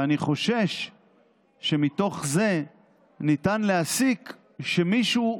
ואני חושש שמתוך זה ניתן להסיק שמישהו,